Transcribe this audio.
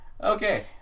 Okay